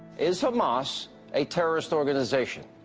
is hamas a terrorist organization?